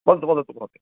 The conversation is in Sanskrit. वदतु वदतु